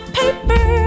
paper